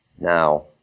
Now